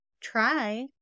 try